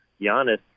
Giannis